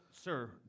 sir